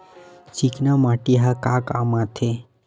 चिकना माटी ह का काम आथे?